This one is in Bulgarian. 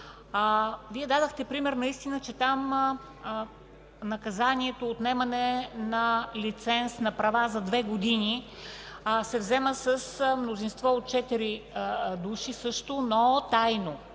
Вие дадохте пример за това, че там наказанието „отнемане на лиценз на права за две години” се взема с мнозинство от четири души също, но тайно.